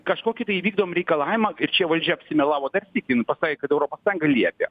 kažkokį tai įvykdom reikalavimą ir čia valdžia apsimelavo dar sykį jin pasakė kad europos sąjunga liepė